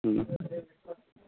হুম